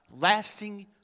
lasting